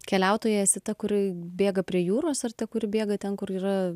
keliautoja esi ta kuri bėga prie jūros ar ta kuri bėga ten kur yra